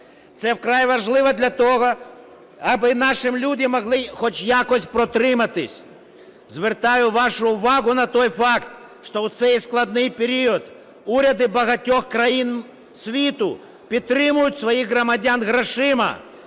Це вкрай важливо для того, аби наші люди могли хоч якось протриматись. Звертаю вашу увагу на той факт, що в цей складний період уряди багатьох країн світу підтримують своїх громадян грошима.